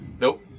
Nope